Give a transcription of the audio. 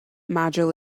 module